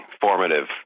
formative